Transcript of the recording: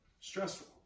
stressful